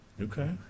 Okay